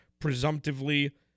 presumptively